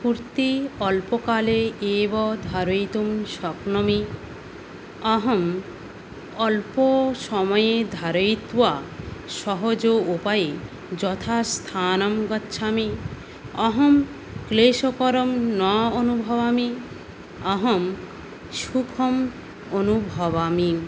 कुर्ती अल्पकाले एव धारयितुं शक्नोमि अहम् अल्पसमये धारयित्वा सहज उपाये यथास्थानं गच्छामि अहं क्लेशपरं न अनुभवामि अहं शुभम् अनुभवामि